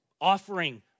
offering